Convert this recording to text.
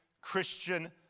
Christian